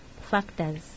factors